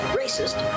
racist